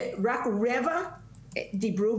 רק רבע דיברו,